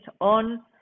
on